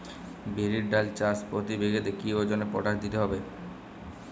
বিরির ডাল চাষ প্রতি বিঘাতে কি ওজনে পটাশ দিতে হবে?